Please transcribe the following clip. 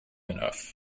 enough